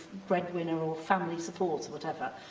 breadwinner or family support, or whatever,